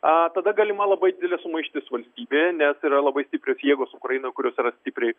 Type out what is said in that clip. a tada galima labai didelė sumaištis valstybėje nes yra labai stiprios jėgos ukrainoj kurios yra stipriai